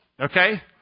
Okay